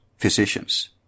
physicians